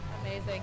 Amazing